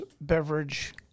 beverage